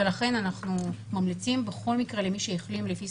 ולכן אנחנו ממליצים בכל מקרה למי שהחלים לפי